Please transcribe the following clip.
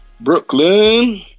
Brooklyn